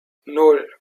nan